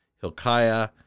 Hilkiah